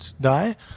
die